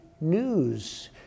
news